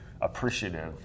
appreciative